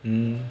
mmhmm